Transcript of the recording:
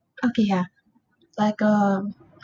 okay ah like um